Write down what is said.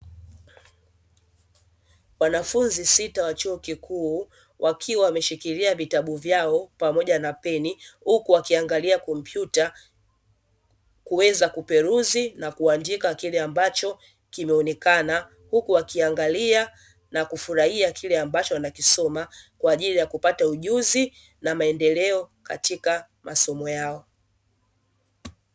Wanafunzi sita wa chuo kikuu, wakiwa wameshikilia vitabu vyao pamoja na peni, huku wakiangalia kompyuta, kuweza kuperuzi na kuandika kile ambacho kimeonekana, huku wakiangalia na kufurahia kile ambacho wanakisoma kwa ajili ya kupata ujuzi na maendeleo katika masomo yao.